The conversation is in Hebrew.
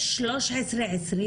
יש 1325,